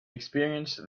experienced